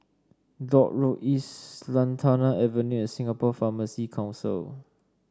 Dock Road East Lantana Avenue and Singapore Pharmacy Council